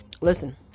Listen